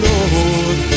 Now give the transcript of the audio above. Lord